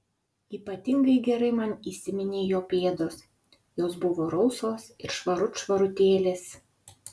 ypatingai gerai man įsiminė jo pėdos jos buvo rausvos ir švarut švarutėlės